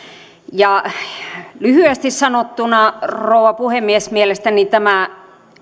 lyhyesti sanottuna rouva puhemies mielestäni tämä